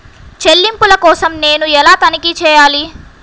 చెల్లింపుల కోసం నేను ఎలా తనిఖీ చేయాలి?